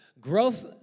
Growth